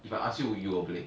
if I ask you would you will play